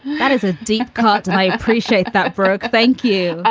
that is a deep cut. and i appreciate that, brooke. thank you,